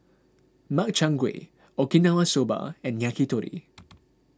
Makchang Gui Okinawa Soba and Yakitori